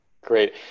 Great